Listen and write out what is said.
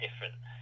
different